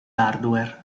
hardware